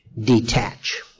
detach